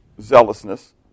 zealousness